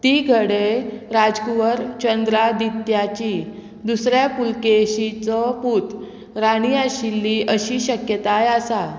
ती घडे राजकुंवर चंद्रादित्याची दुसऱ्या पुलकेशीचो पूत राणी आशिल्ली अशी शक्यताय आसा